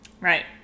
right